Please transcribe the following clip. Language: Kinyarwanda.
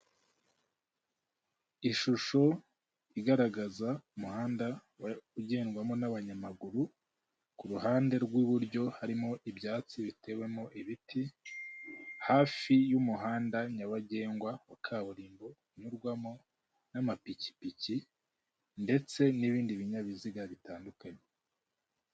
Ishusho igaragaza umuhanda ugendwamo n'abanyamaguru, ku ruhande rw'iburyo harimo ibyatsi bitewemo ibiti, hafi y'umuhanda nyabagendwa wa kaburimbo unyurwamo n'amapikipiki ndetse n'ibindi binyabiziga bitandukanye.